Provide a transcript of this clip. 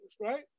right